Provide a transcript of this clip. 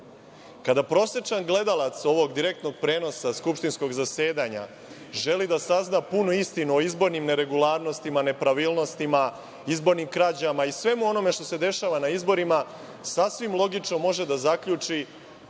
prosečan gledalac ovog direktnog prenosa skupštinskog zasedanja želi da sazna punu istinu o izbornim neregularnostima, nepravilnostima, izbornim krađama i svemu onome što se dešava na izborima, sasvim logično može da zaključi